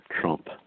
Trump